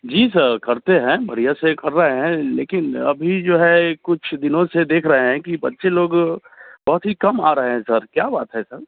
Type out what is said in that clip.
जी sir करते हैं बढ़िया से ही कर रहे हैं लेकिन अभी जो है कुछ दिनों से देख रहे हैं कि बच्चे लोग बहुत ही कम आ रहे हैं सर क्या बात है सर